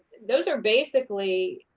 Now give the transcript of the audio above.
those are basically